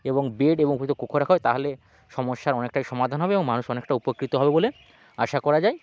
এবং বেড এবং উপযুক্ত কক্ষ রাখা হয় তাহলে সমস্যার অনেকটাই সমাধান হবে এবং মানুষ অনেকটা উপকৃত হবে বলে আশা করা যায়